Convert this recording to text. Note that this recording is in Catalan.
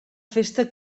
festa